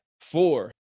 four